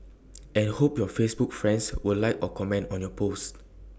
and hope your Facebook friends will like or comment on your post